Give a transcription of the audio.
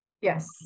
Yes